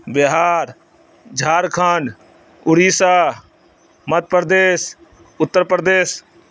Bihar Jharkhand Orissa Madhya Pradesh Uttar Pradesh